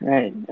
Right